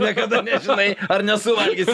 niekada nežinai ar nesuvalgysi